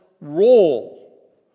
role